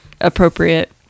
appropriate